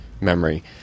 memory